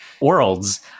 worlds